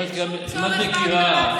אין שום צורך בהגדרה.